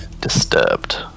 disturbed